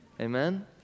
amen